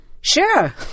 Sure